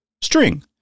string